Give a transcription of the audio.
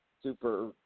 super